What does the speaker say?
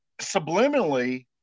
subliminally